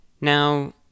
Now